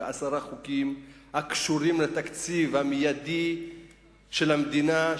כעשרה חוקים שקשורים בתקציב המיידי של המדינה,